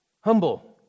humble